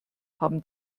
haben